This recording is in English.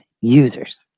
users